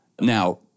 Now